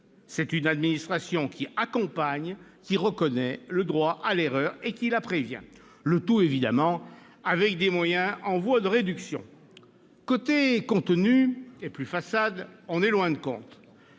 C'est une administration qui accompagne, qui reconnaît le droit à l'erreur et qui prévient celle-ci, le tout, bien sûr, avec des moyens en voie de réduction. Côté contenu, on est loin du compte.